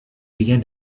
began